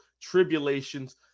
tribulations